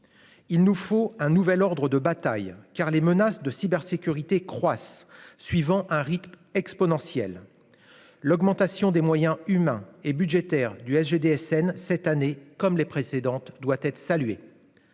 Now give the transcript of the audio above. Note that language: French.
il nous faut un nouvel ordre de bataille car les menaces de cybersécurité croissent, suivant un rythme exponentiel, l'augmentation des moyens humains et budgétaires du SGDSN cette année, comme les précédentes, doit être salué,